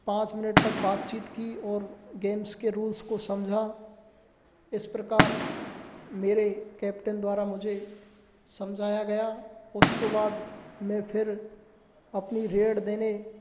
पाँच मिनट तक बातचीत की और गेम्स के रूल्स को समझा इस प्रकार मेरे कैप्टन द्वारा मुझे समझाया गया उसके बाद मैं फिर अपनी रेड देने